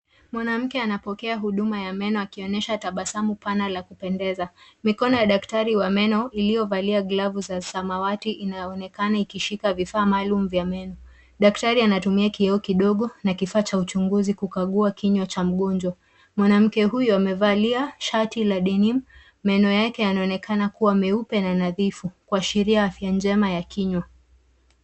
Mwanamke anapokea huduma ya meno akionyesha tabasamu pana la kupendeza. Mikono ya daktari wa meno uliovalia glavu za samawati inaonekana ikishika vifaa maalum vya meno. Daktari anatumia kioo kidogo na kifaa cha uchunguzi kukagua kinywa cha mgonjwa. Mwanamke huyu amevalia shati la denim . Meno yake yanaonekana kuwa meupe na nadhifu kuashiria afya njema ya kinywa.